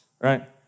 right